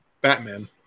Batman